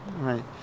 Right